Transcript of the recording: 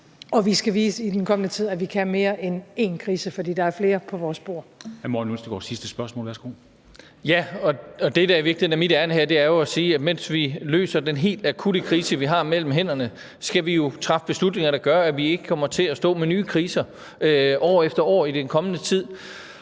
Morten Østergaard (RV): Ja, og det, der i virkeligheden er mit ærinde her, er jo at sige, at mens vi løser den helt akutte krise, vi har mellem hænderne, skal vi jo træffe beslutninger, der gør, at vi ikke kommer til at stå med nye kriser år efter år i den kommende tid.